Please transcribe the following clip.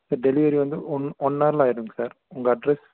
sir delivery வந்து one one ஹாரில் ஆகிடுங்க சார் உங்கள் அட்ரெஸ்